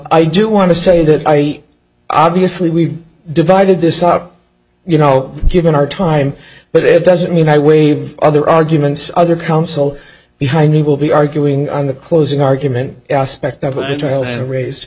i do want to say that i obviously we've divided this up you know given our time but it doesn't mean i waive other arguments other council behind me will be arguing on the closing argument aspect of the trial to raise